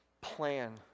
plan